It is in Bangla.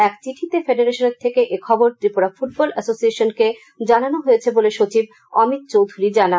এক চিঠিতে ফেডারেশন থেকে এখবর ত্রিপুরা ফুটবল এসোসিয়েশনকে জানানো হয়েছে বলে সচিব অমিত চৌধুরী জানান